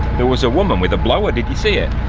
there was a woman with a blower, did you see it?